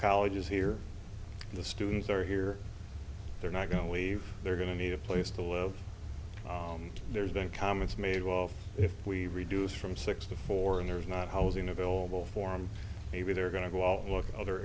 colleges here the students are here they're not going to leave they're going to need a place to live there's been comments made well if we reduce from six to four and there's not housing available form maybe they're going to go out look at other